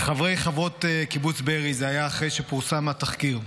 זה היה אחרי שפורסם התחקיר: